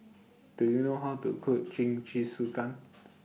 Do YOU know How to Cook Jingisukan